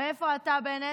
ואיפה אתה, בנט?